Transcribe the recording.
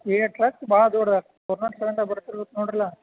ಏಯ್ ಟ್ರಕ್ ಭಾಳ ದೊಡ್ದು ಆಗ್ತೆ ಫೋರ್ ನಾಟ್ ಸವೆನಲ್ಲಿ ನೋಡಿರಲ್ಲ